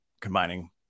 combining